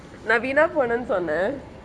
நா வீணா போனனு சொன்னே:naa veena ponenu sonnae